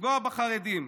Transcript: לפגוע בחרדים,